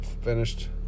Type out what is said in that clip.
finished